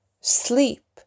sleep